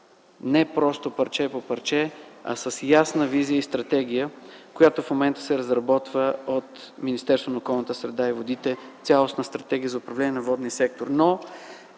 не просто парче по парче, а с ясна визия и стратегия, която се разработва в момента от Министерството на околната среда и водите – цялостна стратегия за управление на водния сектор.